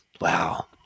wow